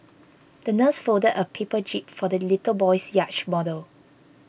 the nurse folded a paper jib for the little boy's yacht model